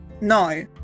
no